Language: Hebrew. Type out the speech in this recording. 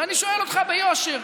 ואני שואל אותך ביושר: